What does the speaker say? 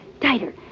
tighter